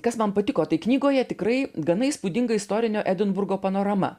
kas man patiko tai knygoje tikrai gana įspūdinga istorinio edinburgo panorama